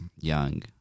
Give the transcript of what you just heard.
young